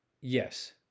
yes